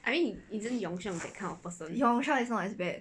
I mean isn't yong sheng that kind of person